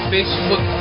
Facebook